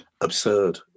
absurd